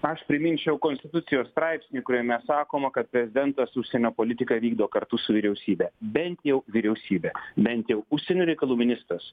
aš priminčiau konstitucijos straipsnį kuriame sakoma kad prezidentas užsienio politiką vykdo kartu su vyriausybe bent jau vyriausybe bent jau užsienio reikalų ministras